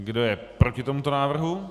Kdo je proti tomuto návrhu?